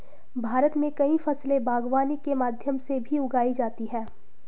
भारत मे कई फसले बागवानी के माध्यम से भी उगाई जाती है